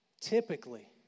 typically